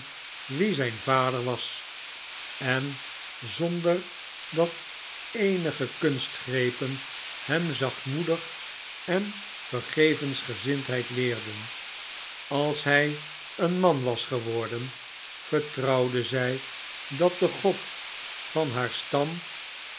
wie zijn vader was en zonder dat eenige kunstgrepen hem zachtmoedigheid en vergevensgezindheid leerden als hij een man was geworden vertrouwde zij dat de god van haar stam